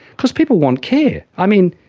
because people want care. i mean,